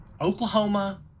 Oklahoma